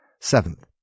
Seventh